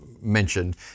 mentioned